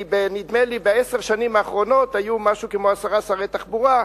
כי נדמה לי שבעשר השנים האחרונות היו משהו כמו עשרה שרי תחבורה,